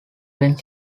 when